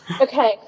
Okay